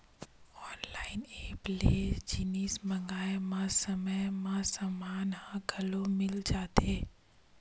online app ले जिनिस मंगाए म समे म समान ह घलो मिल जाथे